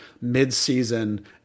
mid-season